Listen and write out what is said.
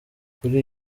kuri